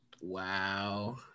Wow